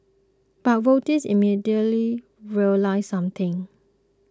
but voters immediately realised something